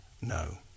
No